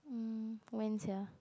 hmm when sia